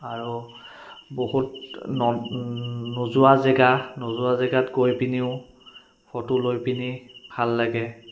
আৰু বহুত ন নোযোৱা জেগা নোযোৱা জেগাত গৈ পিনিও ফটো লৈ পিনি ভাল লাগে